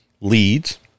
leads